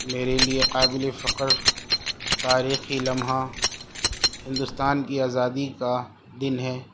میرے لیے قابل فقر تاریخی لمحہ ہندوستان کی آزادی کا دن ہے